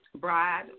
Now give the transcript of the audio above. bride